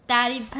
Daddy